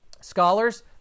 Scholars